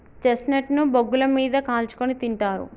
chestnut ను బొగ్గుల మీద కాల్చుకుని తింటారు